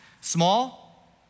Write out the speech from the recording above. small